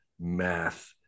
math